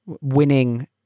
winning